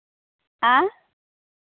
ᱦᱮᱸ